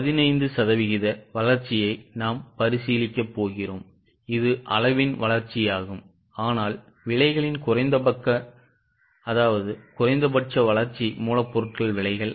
15 சதவிகித வளர்ச்சியை நாம் பரிசீலிக்கப் போகிறோம் இது அளவின் வளர்ச்சியாகும் ஆனால் விலைகளின் குறைந்த பக்க வளர்ச்சி மூலப்பொருள் விலைகள்